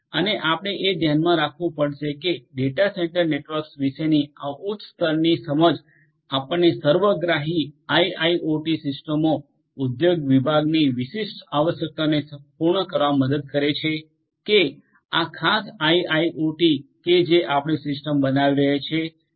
અને આપણે એ ધ્યાનમાં રાખવું પડશે કે ડેટા સેન્ટર નેટવર્ક્સ વિશેની આ ઉચ્ચ ઉચ્ચ સ્તરની સમજ આપણને સર્વગ્રાહી આઇઆઇઓટી સિસ્ટમો ઉદ્યોગ વિભાગની વિશિષ્ટ આવશ્યકતાઓને પૂર્ણ કરવા માટે મદદ કરે છે કે આ ખાસ આઇઆઇઓટી કે જે આપણે સિસ્ટમ બનાવી રહ્યા છો